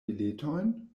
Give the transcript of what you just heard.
biletojn